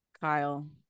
Kyle